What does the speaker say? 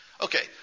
Okay